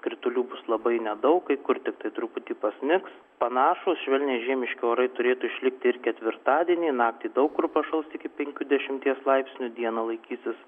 kritulių bus labai nedaug kai kur tiktai truputį pasnigs panašūs švelniai žiemiški orai turėtų išlikti ir ketvirtadienį naktį daug kur pašals iki penkių dešimties laipsnių dieną laikysis